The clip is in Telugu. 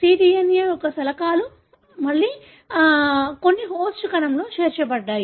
CDNA యొక్క శకలాలు మళ్లీ కొన్ని హోస్ట్ కణంలో చేర్చబడ్డాయి